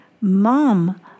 Mom